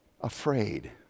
afraid